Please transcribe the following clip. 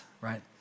right